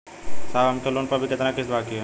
साहब हमरे लोन पर अभी कितना किस्त बाकी ह?